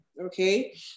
okay